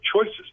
choices